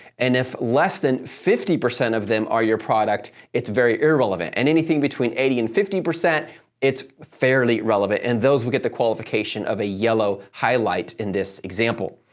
and if less than fifty percent of them are your product, it's very irrelevant. and anything between eighty and fifty, it's fairly relevant, and those will get the qualification of a yellow highlight in this example.